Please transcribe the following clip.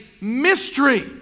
mystery